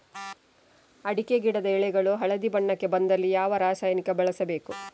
ಅಡಿಕೆ ಗಿಡದ ಎಳೆಗಳು ಹಳದಿ ಬಣ್ಣಕ್ಕೆ ಬಂದಲ್ಲಿ ಯಾವ ರಾಸಾಯನಿಕ ಬಳಸಬೇಕು?